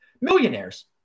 millionaires